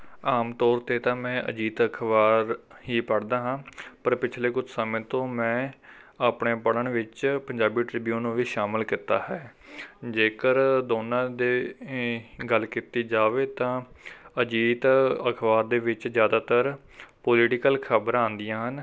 ਆਮ ਤੌਰ 'ਤੇ ਤਾਂ ਮੈਂ ਅਜੀਤ ਅਖ਼ਬਾਰ ਹੀ ਪੜ੍ਹਦਾ ਹਾਂ ਪਰ ਪਿਛਲੇ ਕੁਛ ਸਮੇਂ ਤੋਂ ਮੈਂ ਆਪਣੇ ਪੜ੍ਹਨ ਵਿੱਚ ਪੰਜਾਬੀ ਟ੍ਰਿਬਿਊਨ ਨੂੰ ਵੀ ਸ਼ਾਮਿਲ ਕੀਤਾ ਹੈ ਜੇਕਰ ਦੋਨਾਂ ਦੇ ਗੱਲ ਕੀਤੀ ਜਾਵੇ ਤਾਂ ਅਜੀਤ ਅਖ਼ਬਾਰ ਦੇ ਵਿੱਚ ਜ਼ਿਆਦਾਤਰ ਪੌਲੀਟੀਕਲ ਖਬਰਾਂ ਆਉਂਦੀਆਂ ਹਨ